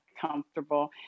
comfortable